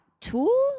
tool